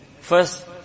First